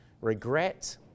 regret